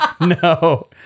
No